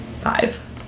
five